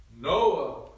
Noah